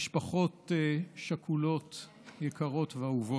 משפחות שכולות יקרות ואהובות,